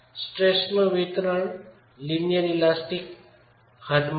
સ્ટ્રેસનું વિતરણ રેખીય સ્થિતિસ્થાપક ની હદ માં માનવામાં આવે છે